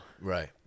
Right